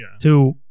to-